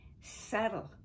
subtle